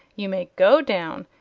you may go down,